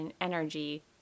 energy